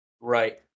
right